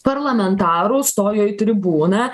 parlamentarų stojo į tribūną